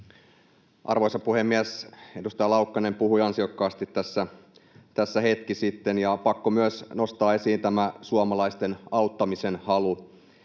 Arvoisa puhemies! Edustaja Laukkanen puhui ansiokkaasti tässä hetki sitten, ja myös minun on pakko nostaa esiin tämä suomalaisten auttamisen halu.